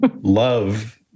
love